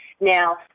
Now